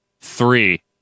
three